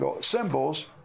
symbols